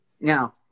now